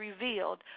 revealed